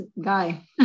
guy